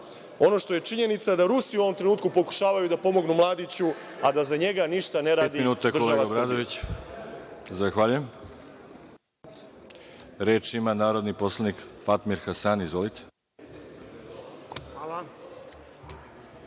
Ono što je činjenica je da Rusi u ovom trenutku pokušavaju da pomognu Mladiću, a da za njega ništa ne radi država Srbija.